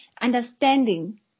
understanding